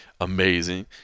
amazing